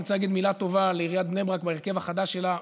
אני רוצה להגיד מילה טובה על עיריית בני ברק בהרכב החדש שלה.